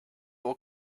will